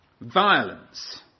violence